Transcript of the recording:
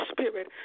Spirit